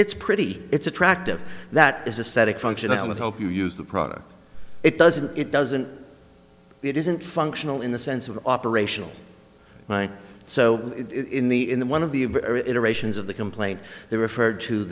it's pretty it's attractive that is a static function i would hope you use the product it doesn't it doesn't it isn't functional in the sense of operational so it's in the in the one of the innovations of the complaint they referred to